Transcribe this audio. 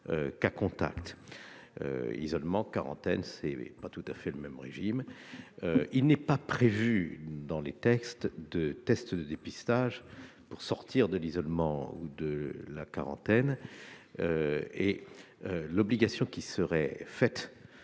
cas contact. Isolement, quarantaine, ce n'est pas tout à fait le même régime ... Il n'est pas prévu, dans les textes, de test de dépistage pour sortir de l'isolement ou de la quarantaine. L'obligation qui serait faite